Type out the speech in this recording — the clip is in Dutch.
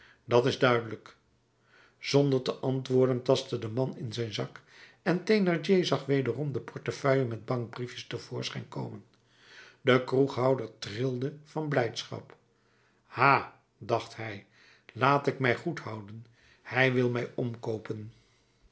dat is duidelijk zonder te antwoorden tastte de man in zijn zak en thénardier zag wederom de portefeuille met bankbriefjes te voorschijn komen de kroeghouder trilde van blijdschap ha dacht hij laat ik mij goed houden hij wil mij omkoopen